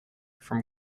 from